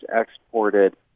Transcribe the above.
exported